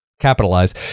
Capitalize